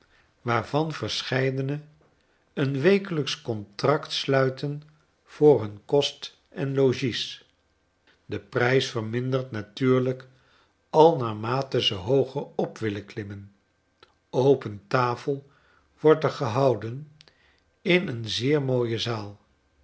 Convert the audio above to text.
waarvan verscheidene eenwekelijksch contract sluiten voor hun kost en logies de prijs verminderd natuurlijk al naarmate ze hooger op willen klimmen open tafel wordt ergehouden in een zeer mooie zaal